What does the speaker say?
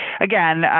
again